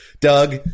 Doug